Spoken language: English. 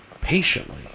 patiently